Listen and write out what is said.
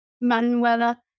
Manuela